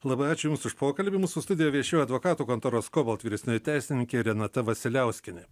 labai ačiū jums už pokalbį mūsų studija viešėjo advokatų kontoros kobalt vyresnioji teisininkė renata vasiliauskienė